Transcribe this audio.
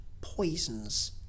poisons